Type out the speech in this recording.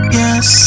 yes